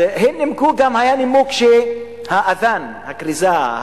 גם היה נימוק גם שהאד'אן, הכריזה,